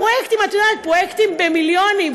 פרויקטים במיליונים,